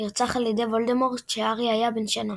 נרצח על ידי וולדמורט כשהארי היה בן שנה.